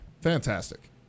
Fantastic